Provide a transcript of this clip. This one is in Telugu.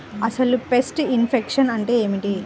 అసలు పెస్ట్ ఇన్ఫెక్షన్ అంటే ఏమిటి?